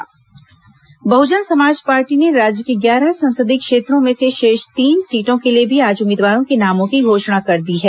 बसपा सूची बहुजन समाज पार्टी ने राज्य के ग्यारह संसदीय क्षेत्रों में से शेष तीन सीटों के लिए भी आज उम्मीदवारों के नामों की घोषणा कर दी है